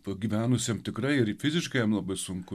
pagyvenusiam tikrai ir fiziškai jam labai sunku